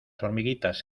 hormiguitas